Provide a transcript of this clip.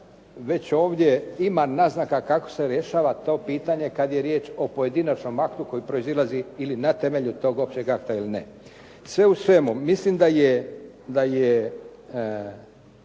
već ovdje ima naznaka kako se rješava to pitanje kad je riječ o pojedinačnom aktu koji proizlazi ili na temelju tog općeg akta ili ne. Sve u svemu, mislim da je